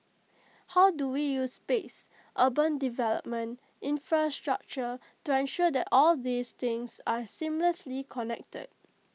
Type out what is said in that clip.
how do we use space urban development infrastructure to ensure that all these things are seamlessly connected